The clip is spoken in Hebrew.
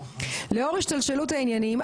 לאור השתלשלות העניינים,